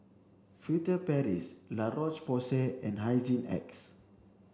Furtere Paris La Roche Porsay and Hygin X